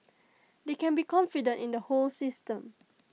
they can be confident in the whole system